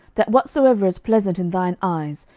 that whatsoever is pleasant in thine eyes,